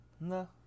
No